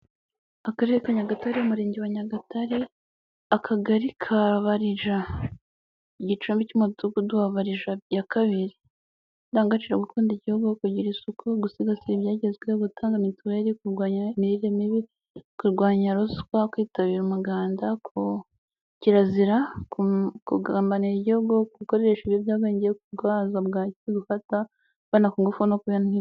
Akarere ka Nyagatare, Umurenge wa Nyagatare, Akagari ka Barija, Igicumbi cy'Umudugudu wa Barija ya kabiri. Indangaciro: gukunda igihugu, kugira isuku, gusigasira ibyagezweho, gutanga mituweli, kurwanya imirire mibi, kurwanya ruswa, kwitabira umuganda. Kirazira: kugambanira igihugu, gukoresha ibiyobyabwenge, kurwaza bwaki, gufata abana ku ngufu, no kwihanira.